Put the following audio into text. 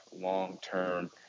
long-term